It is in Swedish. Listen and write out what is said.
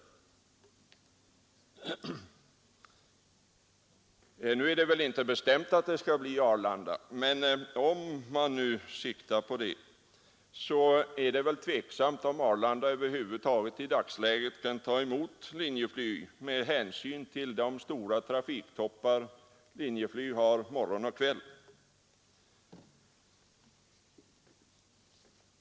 Nu är det väl inte bestämt att Arlanda skall väljas, men siktar man på det, är det väl tveksamt om Arlanda över huvud taget i dagens läge kan ta emot Linjeflyg med hänsyn till de stora trafiktoppar Linjeflyg har morgon och kväll.